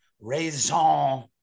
raison